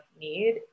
need